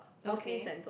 okay